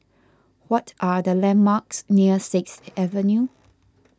what are the landmarks near Sixth Avenue